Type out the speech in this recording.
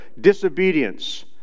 disobedience